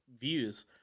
views